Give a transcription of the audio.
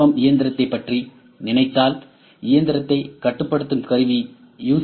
M இயந்திரத்தைப் பற்றி நினைத்தால் இயந்திரத்தை கட்டுப்படுத்தும் கட்டுப்படுத்தி யு